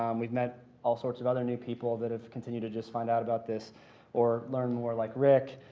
um we've met all sorts of other new people that have continued to just find out about this or learn more, like rick,